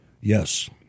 Yes